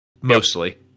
mostly